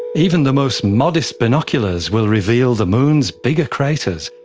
even the most modest binoculars will reveal the moon's bigger craters,